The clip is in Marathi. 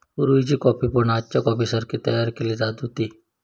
पुर्वीची कॉफी पण आजच्या कॉफीसारखी तयार केली जात होती